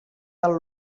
del